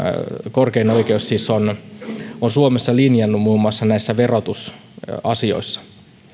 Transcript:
korkein oikeus siis on on suomessa linjannut muun muassa näissä verotusasioissa